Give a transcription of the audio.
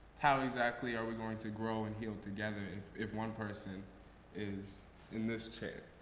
how exactly are we going to grow and heal together if if one person is in this chair?